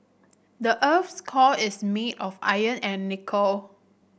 the earth's core is made of iron and nickel